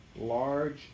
large